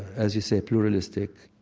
as you say, pluralistic.